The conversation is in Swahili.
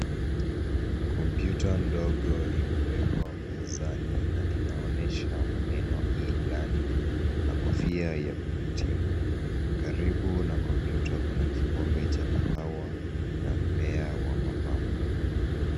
Kompyuta ndogo imewekwa mezani na inaonesha maneno E-Learning na kofia ya kuhitimu. Karibu na kompyuta kuna kikombe cha kahawa na mmea wa mapambo.